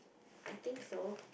I think so